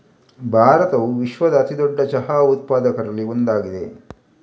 ಭಾರತವು ವಿಶ್ವದ ಅತಿ ದೊಡ್ಡ ಚಹಾ ಉತ್ಪಾದಕರಲ್ಲಿ ಒಂದಾಗಿದೆ